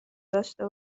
داشته